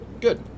good